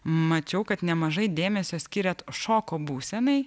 mačiau kad nemažai dėmesio skiriat šoko būsenai